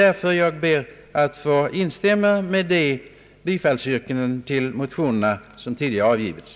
Därför ber jag att få instämma i de bifallsyrkanden till motionerna som tidigare avgivits.